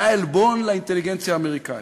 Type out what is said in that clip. זה היה עלבון לאינטליגנציה האמריקנית.